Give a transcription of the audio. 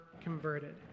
converted